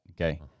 Okay